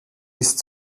ist